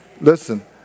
listen